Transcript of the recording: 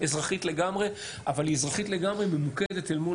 אזרחית לגמרי אבל היא אזרחית לגמרי ממוקדת אל מול